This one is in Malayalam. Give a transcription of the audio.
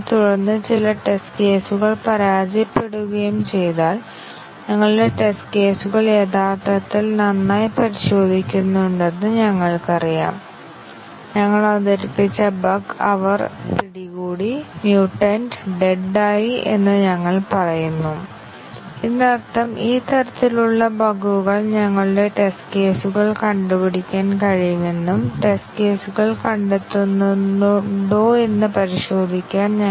നമുക്ക് എളുപ്പത്തിൽ CFG വരയ്ക്കാനും ടെസ്റ്റ് കേസുകളുടെ എണ്ണത്തിൽ ഉയർന്ന പരിധി നൽകുന്ന മക്കാബിന്റെ മെട്രിക് കണ്ടെത്താനും തുടർന്ന് ഞങ്ങൾ ആ ടെസ്റ്റ് കേസുകൾ എഴുതുകയും പാത്തുകൾ നടപ്പിലാക്കിയിട്ടുണ്ടോ എന്ന് പരിശോധിക്കുകയും ചെയ്യാം